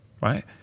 right